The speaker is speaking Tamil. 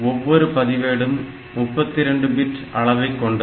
ஒவ்வொரு பதிவேடும் 32 பிட் அளவைக் கொண்டது